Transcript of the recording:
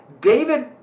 David